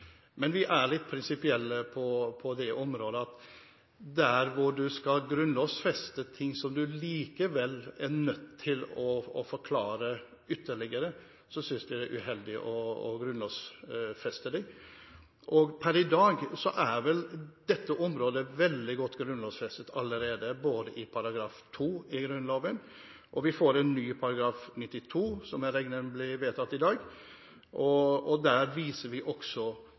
Men vi er litt prinsipielle. På områder hvor man skal grunnlovfeste noe som man likevel er nødt til å forklare ytterligere, synes vi det er uheldig å grunnlovfeste det. Per i dag er dette området veldig godt grunnlovfestet allerede, både i § 2 i Grunnloven og i en ny § 92, som jeg regner med blir vedtatt i dag. Der viser vi også